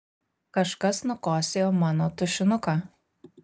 kažkas nukosėjo mano tušinuką